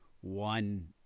one